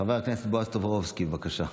חבר הכנסת בועז טופורובסקי, בבקשה.